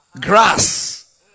Grass